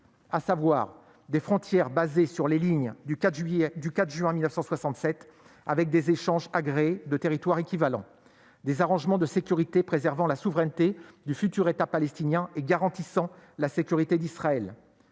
à savoir des frontières fondées sur les lignes du 4 juin 1967, avec des échanges agréés de territoires équivalents ; des arrangements de sécurité préservant la souveraineté du futur État palestinien et garantissant la sécurité d'Israël